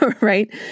right